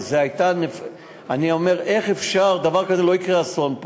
אני אמרתי: איך לא יקרה פה אסון?